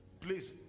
Please